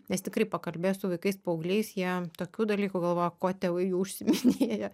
nes tikrai pakalbėjus su vaikais paaugliais jie tokių dalykų galvoja kuo tėvai jų užsiiminėja